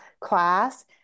class